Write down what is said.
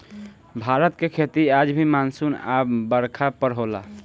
भारत के खेती आज भी मानसून आ बरखा पर होला